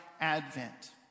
Advent